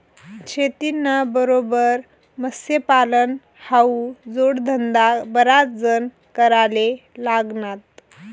शेतीना बरोबर मत्स्यपालन हावू जोडधंदा बराच जण कराले लागनात